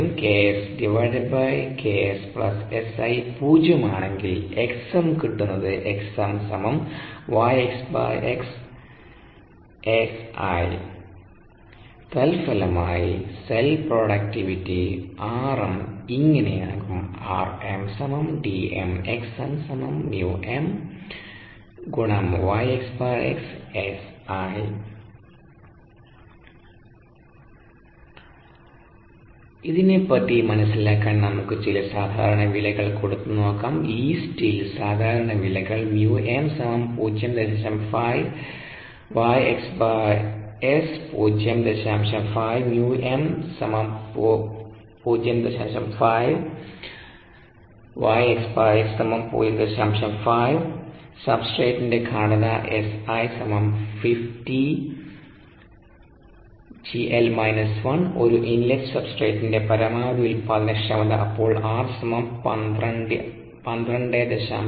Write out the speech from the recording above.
ഉം ഉം ആണെങ്കിൽ Xm കിട്ടുന്നത് തൽഫലമായി സെൽ പ്രൊഡക്റ്റിവിറ്റി Rm ഇങ്ങനെ ആകും ഇതിനെപ്പറ്റി മനസ്സിലാക്കാൻ നമുക്ക് ചില സാധാരണ വിലകൾ കൊടുത്തു നോക്കാം യീസ്റ്റിൽ സാധാരണ വിലകൾ സബ്സ്ട്രേറ്റിന്റെ ഗാഢത Si 50 gl 1 ഒരു ഇൻലെറ്റ് സബ്സ്ട്രേടിന്റെ പരമാവധി ഉൽപാദനക്ഷമത അപ്പോൾ R 12